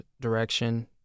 direction